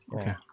Okay